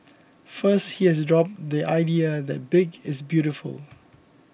first he has dropped the idea that big is beautiful